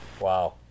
wow